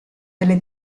delle